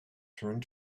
turned